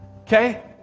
Okay